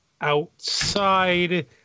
outside